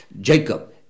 Jacob